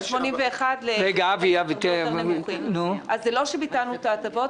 זה לא שביטלנו את ההטבות.